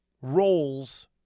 roles